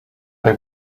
they